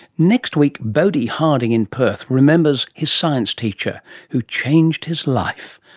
next week, bodhi harding in perth remembers his science teacher who changed his life.